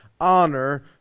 honor